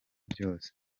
byose